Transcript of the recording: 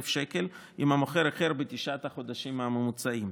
ש"ח אם המוכר איחר בתשעת החודשים הממוצעים.